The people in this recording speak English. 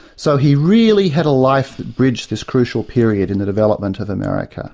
so he really had a life that bridged this crucial period in the development of america